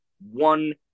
one